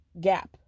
gap